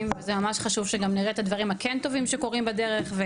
וזה ממש חשוב שגם נראה את הדברים הכן טובים שקורים בדרך.